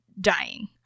dying